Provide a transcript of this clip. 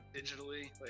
digitally